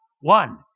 one